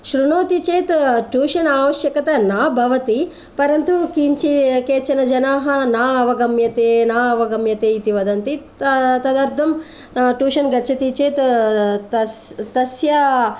शृणोति चेत् ट्यूशन् आवश्यक्ता न भवति परन्तु किञ्चित् केचन जनाः न अवगम्यते न अवगम्यते इति वदन्ति तदर्थं ट्यूशन् गच्छति चेत् त तस्य